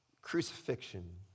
crucifixion